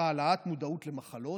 העלאת מודעות למחלות,